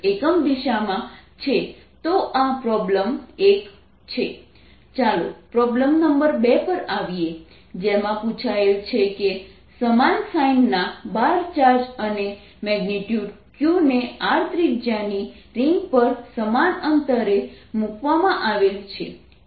F14π0Q qa2y232 ચાલો problem number 2 પર આવીએ જેમાં પૂછાયેલ છે કે સમાન સાઇન ના 12 ચાર્જ અને મેગ્નિટ્યુડ Q ને R ત્રિજ્યાની રિંગ પર સમાન અંતરે મૂકવામાં આવેલ છે